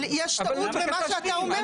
אבל יש טעות במה שאתה אומר,